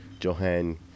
Johan